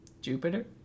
Jupiter